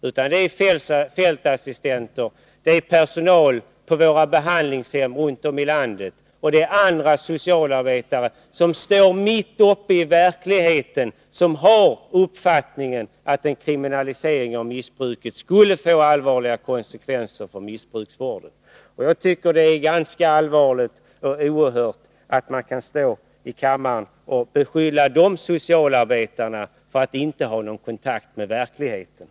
Det är fältassistenter, personal på behandlingshem runt om i landet och andra socialarbetare som står mitt uppe i verkligheten som har uppfattningen att en kriminalisering av missbruket skulle få allvarliga konsekvenser för missbruksvården. Jag tycker att det är ganska oerhört att man kan stå i kammaren och beskylla socialarbetare för att inte ha någon kontakt med verkligheten.